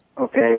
Okay